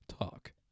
talk